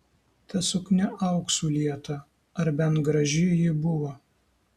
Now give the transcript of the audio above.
ta suknia auksu lieta ar bent graži ji buvo